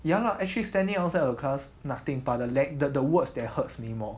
ya lah actually standing outside of the class nothing but the then the the words that hurts me more